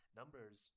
numbers